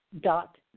dot